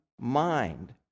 mind